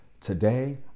Today